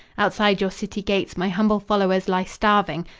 outside your city gates my humble followers lie starving.